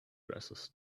dresses